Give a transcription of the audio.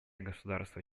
государства